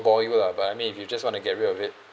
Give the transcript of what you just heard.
ball you lah but I mean if you just want to get rid of it